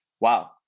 wow